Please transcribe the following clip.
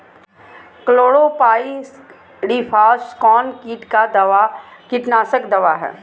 Chlorpyrifos कौन किट का कीटनाशक दवा है?